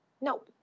No